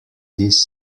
this